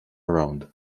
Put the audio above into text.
around